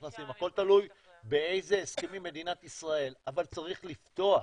הכל תלוי באיזה הסכם עם מדינת ישראל אבל צריך לפתוח.